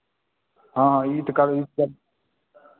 हाँ हाँ ईट का